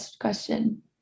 question